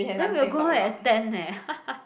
then we will go home at ten leh